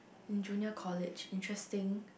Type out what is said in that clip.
in junior college interesting